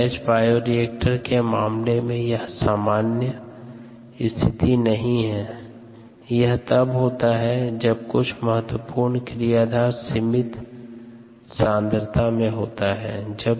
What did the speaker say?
batch bioreactor के मामले में यह सामान्य स्थिति नहीं है यह तब होता है जब कुछ महत्वपूर्ण क्रियाधार सीमित सांद्रता में होता है